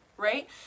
right